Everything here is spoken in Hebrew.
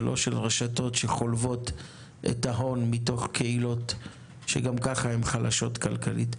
ולא של רשתות שחולבות את ההון מתוך קהילות שגם כך הן חלשות כלכלית.